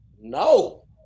No